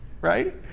right